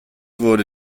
wurde